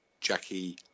Jackie